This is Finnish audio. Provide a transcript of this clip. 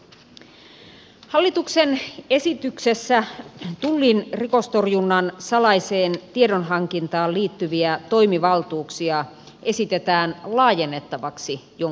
hallituksen esityksessä tullin rikostorjunnan salaiseen tiedonhankintaan liittyviä toimivaltuuksia esitetään laajennettavaksi jonkun verran